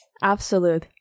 absolute